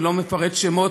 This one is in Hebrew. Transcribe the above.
אני לא מפרט שמות,